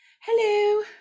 Hello